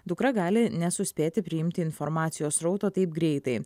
dukra gali nesuspėti priimti informacijos srauto taip greitai